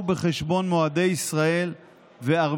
כל הזמן שמעתי את בני גנץ ושמעתי אתכם מדברים בעניין